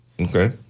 Okay